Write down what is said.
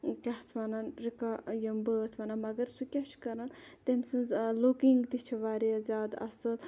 کیاہ اَتھ وَنان رِکاڈٕ یِم بٲتھ وَنان مَگَر سُہ کیاہ چھُ کَران تٔمۍ سٕنٛز لُکِنٛگ تہِ چھِ واریاہ زیادٕ اَصل